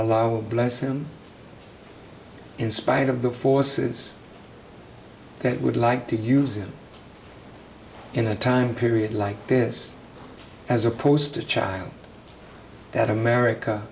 and bless him in spite of the forces that would like to use it in a time period like this as opposed to a child that america